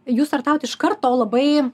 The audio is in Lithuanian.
jūs startavot iš karto labai